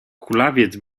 kulawiec